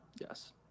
Yes